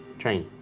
train.